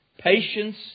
patience